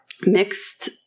mixed